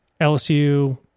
LSU